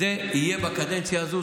זה יהיה בקדנציה הזו,